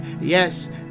yes